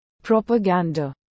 Propaganda